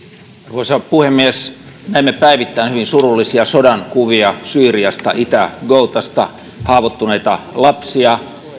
arvoisa puhemies näemme päivittäin hyvin surullisia sodankuvia syyriasta itä ghoutasta haavoittuneita lapsia